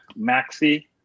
Maxi